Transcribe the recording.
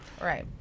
Right